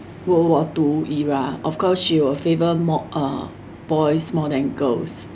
world war two era of course she will favour more uh boys more than girls